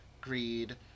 greed